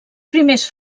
primers